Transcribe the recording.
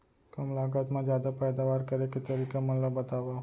कम लागत मा जादा पैदावार करे के तरीका मन ला बतावव?